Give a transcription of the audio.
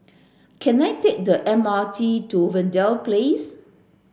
can I take the M R T to Verde Place